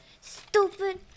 Stupid